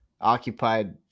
occupied